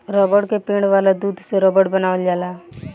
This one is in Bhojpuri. रबड़ के पेड़ वाला दूध से रबड़ बनावल जाला